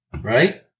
Right